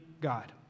God